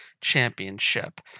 Championship